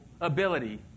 ability